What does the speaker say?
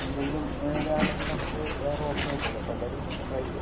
എന്തെങ്കിലും ഇത് ആണെങ്കിൽ നമുക്ക് വേറെ ഓപ്ഷൻ ഇല്ലല്ലോ അപ്പം എന്തായാലും ട്രൈ ചെയ്യാം